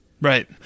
Right